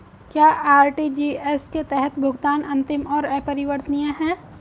क्या आर.टी.जी.एस के तहत भुगतान अंतिम और अपरिवर्तनीय है?